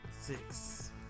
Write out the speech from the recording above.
Six